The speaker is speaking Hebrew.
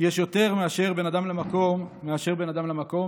יש יותר "בין אדם למקום" מאשר ב"בין אדם למקום".